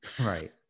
Right